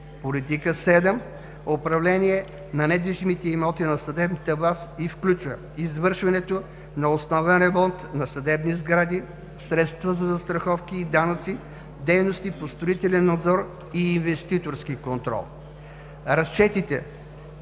Политика 7: управление на недвижимите имоти на съдебната власт и включва: извършването на основен ремонт на съдебни сгради, средства за застраховки и данъци, дейности по строителен надзор и инвеститорски контрол. Разчетите